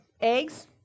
eggs